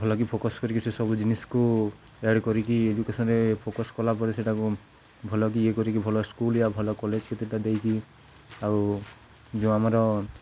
ଭଲକି ଫୋକସ୍ କରିକି ସେସବୁ ଜିନିଷ୍ କୁ ଆଡ଼୍ କରିକି ଏଜୁକେସନ୍ରେ ଫୋକସ୍ କଲାପରେ ସେଇଟାକୁ ଭଲକି ଇଏ କରିକି ଭଲ ସ୍କୁଲ୍ ଭଲ କଲେଜ୍ କେତେଟା ଦେଇକି ଆଉ ଯେଉଁ ଆମର